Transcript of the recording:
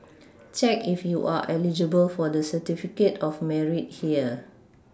check if you are eligible for the certificate of Merit here